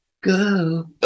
Go